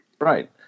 Right